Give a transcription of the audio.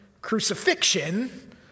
crucifixion